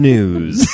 News